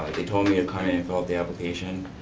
they told me to come in and fill out the application.